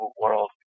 world